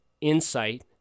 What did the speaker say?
insight